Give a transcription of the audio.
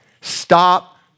stop